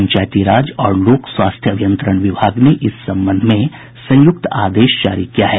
पंचायती राज और लोक स्वास्थ्य अभियंत्रण विभाग ने इस संबंध में संयुक्त आदेश जारी किया है